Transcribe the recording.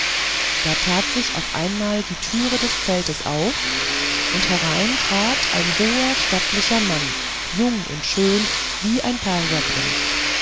da tat sich auf einmal die türe des zeltes auf und herein trat ein hoher stattlicher mann jung und schön wie ein